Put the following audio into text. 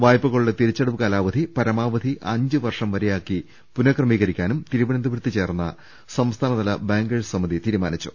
വായ്പകളുടെ തിരിച്ചടവു കാലാവധി പരമാവധി അഞ്ചു വർഷം വരെയാക്കി പുനക്രമീകരിക്കാനും തിരുവനന്തപുരത്ത് ചേർന്ന സംസ്ഥാനതല ബാങ്കേഴ്സ് സമിതി തീരുമാനിച്ചു